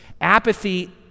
Apathy